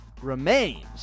remains